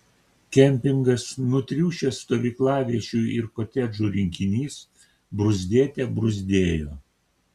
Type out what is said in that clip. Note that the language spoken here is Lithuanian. kempingas nutriušęs stovyklaviečių ir kotedžų rinkinys bruzdėte bruzdėjo